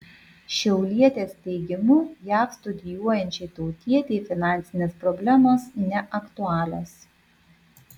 šiaulietės teigimu jav studijuojančiai tautietei finansinės problemos neaktualios